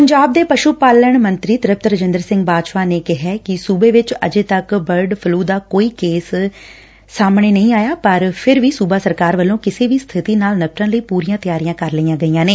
ਪੰਜਾਬ ਦੇ ਪਸ਼ੁ ਪਾਲਣ ਮੰਤਰੀ ਤ੍ਰਿਪਤ ਰਜੰਦਰ ਸਿੰਘ ਬਾਜਵਾ ਨੇ ਕਿਹੈ ਕਿ ਸੁਬੇ ਵਿਚ ਅਜੇ ਤੱਕ ਬਰਡ ਫਲੁ ਦਾ ਕੋਈ ਕੇਸ ਨਹੀਂ ਸਾਹਮਣੇ ਆਈਆ ਪਰ ਫਿਰ ਵੀ ਸਬਾ ਸਰਕਾਰ ਵਲੋਂ ਕਿਸੇ ਵੀ ਸਬਿਤੀ ਨਾਲ ਨਿਪਟਣ ਲਈ ਪਰੀਆਂ ਤਿਆਰੀਆਂ ਕਰ ਲਈਆਂ ਗਈਆਂ ਨੇ